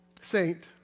saint